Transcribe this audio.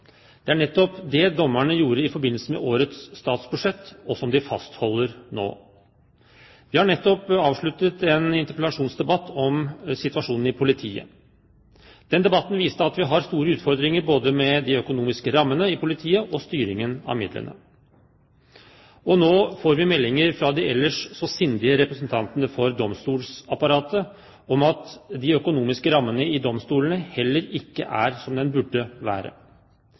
Det er nettopp det dommerne gjorde i forbindelse med årets statsbudsjett, og som de fastholder nå. Vi har akkurat avsluttet en interpellasjonsdebatt om situasjonen i politiet. Den debatten viste at vi har store utfordringer både med de økonomiske rammene i politiet og styringen av midlene. Nå får vi meldinger fra de ellers så sindige representantene for domstolsapparatet om at de økonomiske rammene i domstolene heller ikke er som de burde være.